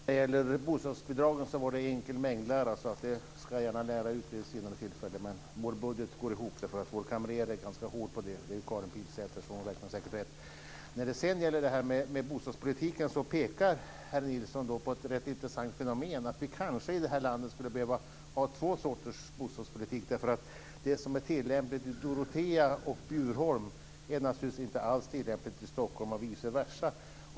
Fru talman! Resonemanget om bostadsbidragen bygger på enkel mängdlära, som jag gärna ska lära ut vid ett senare tillfälle. Vår budget går ihop, för vi har en duktig kamrer som klarar den uppgiften. Det är Karin Pilsäter, som säkert räknar rätt. Vad gäller bostadspolitiken pekar herr Nilsson på ett intressant fenomen. Vi skulle kanske i vårt land behöva ha två former av bostadspolitik. Det som är tillämpligt i Dorotea och Bjurholm är naturligtvis inte alls tillämpligt i Stockholm och vice versa.